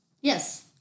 Yes